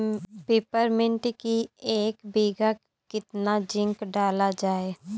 Peppermint की एक बीघा कितना जिंक डाला जाए?